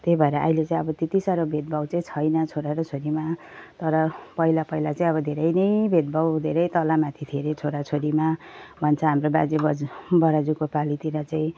त्यही भएर अहिले चाहिँ अब त्यति साह्रो भेदभाव चाहिँ छैन छोरा र छोरीमा तर पहिला पहिला चाहिँ अब धेरै नै भेदभाव धेरै तलमाथि धेरै छोराछोरीमा भन्छ हाम्रो बाजेबोजू बराजुको पालितिर चाहिँ